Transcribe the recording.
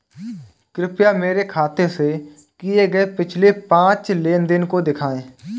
कृपया मेरे खाते से किए गये पिछले पांच लेन देन को दिखाएं